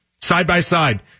Side-by-side